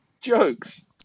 jokes